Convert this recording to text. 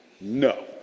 No